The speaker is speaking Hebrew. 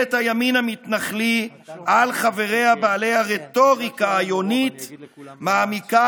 ממשלת הימין המתנחלי על חבריה בעלי הרטוריקה היונית מעמיקה